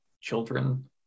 children